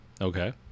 Okay